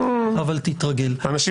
אני מבין שזה קשה לך, אבל תתרגל.